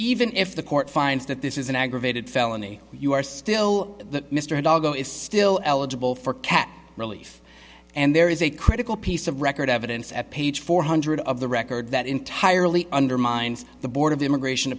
even if the court finds that this is an aggravated felony you are still mr doggo is still eligible for cat relief and there is a critical piece of record evidence at page four hundred of the record that entirely undermines the board of immigration